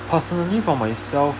personally for myself